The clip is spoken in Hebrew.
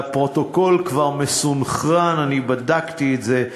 והפרוטוקול כבר מסונכרן, אני בדקתי את זה.